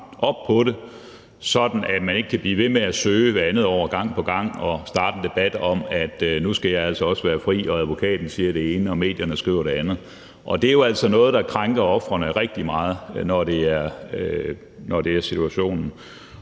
op på det, sådan at man ikke kan blive ved med at søge hvert andet år gang på gang og starte en debat om, at nu skal jeg altså også være fri, og at advokaten siger det ene og medierne skriver det andet. Og det er jo altså noget, der krænker ofrene rigtig meget, når det er situationen,